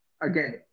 again